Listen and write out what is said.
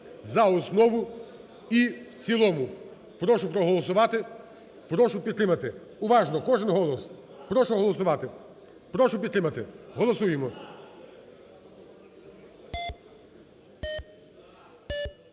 за основу і в цілому. Прошу проголосувати, прошу підтримати. Уважно, кожен голос. Прошу голосувати, прошу підтримати. Голосуємо.